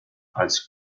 als